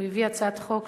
הוא הביא הצעת חוק,